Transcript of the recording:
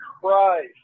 Christ